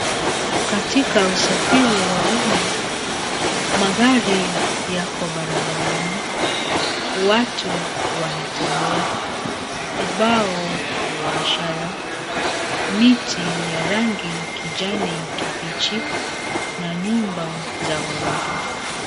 Katika usafiri wa umma, magari yako barabarani. Watu wanatembea, ubao wa ishara, miti ya rangi kijani kibichi na nyumba za ghorofa.